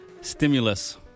Stimulus